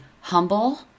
humble